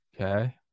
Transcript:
okay